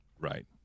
right